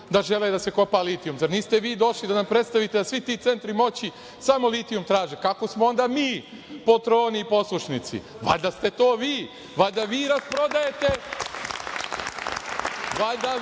da žele da se kopa litijum? Zar niste vi došli da nam predstavite da svi ti centri moći samo litijum traže? Kako smo onda mi poltroni i poslušnici, valjda ste to vi. Valjda vi rasprodajete,